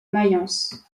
mayence